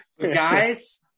Guys